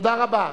תודה רבה.